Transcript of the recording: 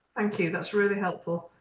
thank you. that's really helpful.